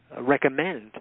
recommend